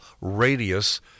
radius